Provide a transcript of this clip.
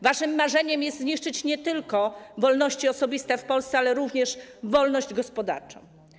Waszym marzeniem jest zniszczyć nie tylko wolności osobiste w Polsce, ale również wolność gospodarczą.